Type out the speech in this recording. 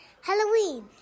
Halloween